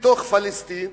בתוך פלסטין,